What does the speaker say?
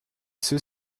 ceux